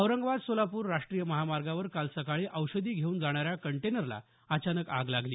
औरंगाबाद सोलापूर राष्ट्रीय महामार्गावर काल सकाळी औषधी घेऊन जाणाऱ्या कंटेनरला अचानक आग लागली